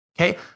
Okay